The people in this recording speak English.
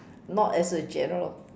not as a general